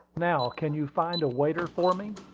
now, can you find a waiter for me?